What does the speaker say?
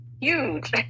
huge